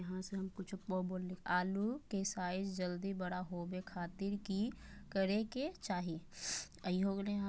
आलू के साइज जल्दी बड़ा होबे खातिर की करे के चाही?